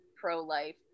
pro-life